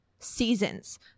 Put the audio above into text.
seasons